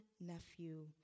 nephew